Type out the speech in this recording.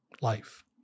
life